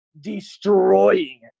destroying